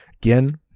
again